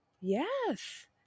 Yes